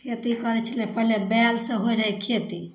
खेती करै छलिए पहिले बैलसे होइ रहै खेती